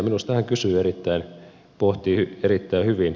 minusta hän pohtii erittäin hyvin